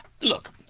Look